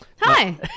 hi